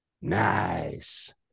Nice